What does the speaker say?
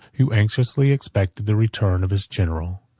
who anxiously expected the return of his general.